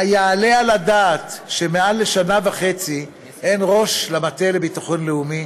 היעלה על הדעת שיותר משנה וחצי אין ראש למטה לביטחון לאומי?